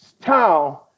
town